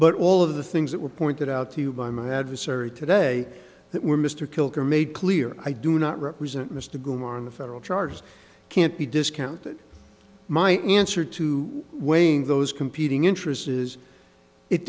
but all of the things that were pointed out to you by my adversary today that were mr kilgour made clear i do not represent mr gilmore in the federal charges can't be discounted my answer to weighing those competing interests is it